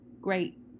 great